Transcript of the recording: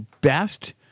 best